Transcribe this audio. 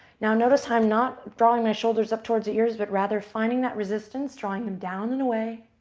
now, notice i'm not drawing my shoulders up towards the ears, but rather finding that resistance. drawing them down and away.